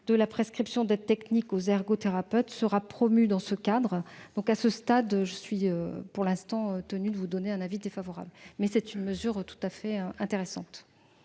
de la prescription d'aides techniques aux ergothérapeutes sera promue dans ce cadre. À ce stade, je suis tenue d'émettre un avis défavorable, mais c'est une mesure tout à fait intéressante.